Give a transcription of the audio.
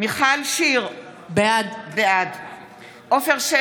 מיכל שיר סגמן, בעד עפר שלח,